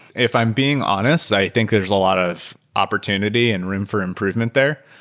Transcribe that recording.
if i'm being honest, i think there's a lot of opportunity and room for improvement there.